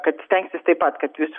kad seksis taip pat kad vis